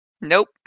Nope